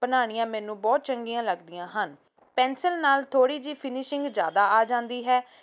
ਬਣਾਉਣੀਆ ਮੈਨੂੰ ਬਹੁਤ ਚੰਗੀਆਂ ਲੱਗਦੀਆਂ ਹਨ ਪੈਨਸਿਲ ਨਾਲ ਥੋੜ੍ਹੀ ਜਿਹੀ ਫਿਨਿਸ਼ਿੰਗ ਜ਼ਿਆਦਾ ਆ ਜਾਂਦੀ ਹੈ